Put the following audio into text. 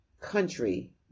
country